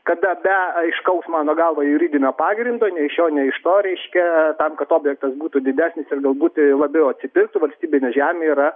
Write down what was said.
kada be aiškaus mano galva juridinio pagrindo nei iš šio nei iš to reiškia tam kad objektas būtų didesnis ir galbūt labiau atsipirktų valstybinė žemė yra